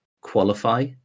qualify